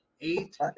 eight